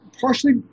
Partially